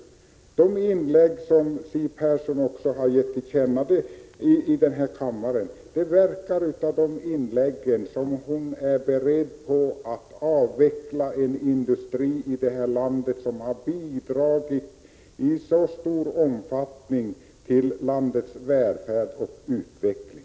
Av de åsikter som Siw Persson har tillkännagett i sina inlägg i denna kammare verkar det som om hon är beredd att avveckla en industri som i så stor omfattning har bidragit till detta lands välfärd och utveckling.